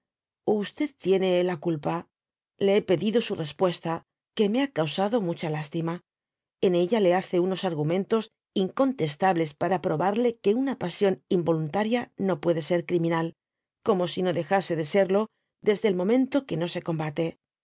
tiene la culpa le hé pedido su respuesta í que me ha causado mucha lastima en ella le hace unos argumentos incontestables para probarle que una pasión involuntaria no puede ser criminal como si no dejase de serió desde el momento que no se combate